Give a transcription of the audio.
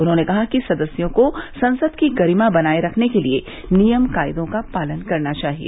उन्होंने कहा कि सदस्यों को संसद की गरिमा बनाए रखने के लिए नियम कायदों का पालन करना चाहिए